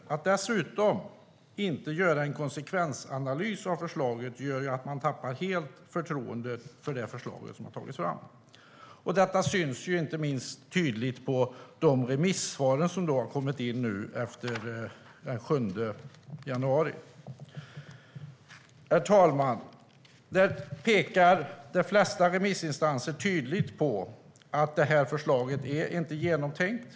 Det görs inte heller en konsekvensanalys av förslaget, vilket leder till att man helt tappar förtroende för det förslag som har tagits fram. Detta syns inte minst i de remissvar som nu har kommit in, efter den 7 januari. De flesta remissinstanser pekar tydligt på att förslaget inte är genomtänkt.